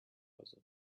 other